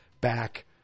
back